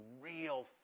real